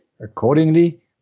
Accordingly